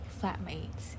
flatmates